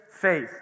faith